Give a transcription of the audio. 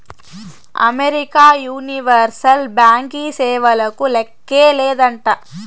America universal బ్యాంకీ సేవలకు లేక్కే లేదంట